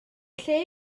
lle